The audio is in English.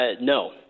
No